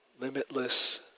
limitless